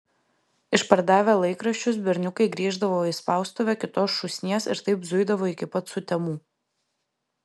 išpardavę laikraščius berniukai grįždavo į spaustuvę kitos šūsnies ir taip zuidavo iki pat sutemų